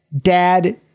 dad